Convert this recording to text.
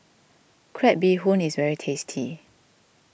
Crab Bee Hoon is very tasty